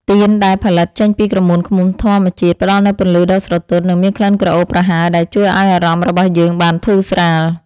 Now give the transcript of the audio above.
ទៀនដែលផលិតចេញពីក្រមួនឃ្មុំធម្មជាតិ ផ្ដល់នូវពន្លឺដ៏ស្រទន់ និង មានក្លិនក្រអូបប្រហើរដែលជួយឱ្យអារម្មណ៍របស់យើងបានធូរស្រាល។